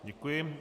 Děkuji.